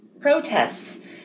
protests